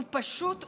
הוא פשוט וברור: